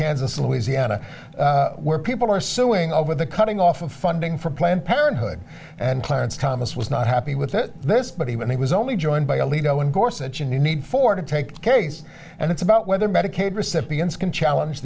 kansas louisiana where people are suing over the cutting off of funding for planned parenthood and clarence thomas was not happy with that this but he was only joined by only go in course that you need for to take the case and it's about whether medicaid recipients can challenge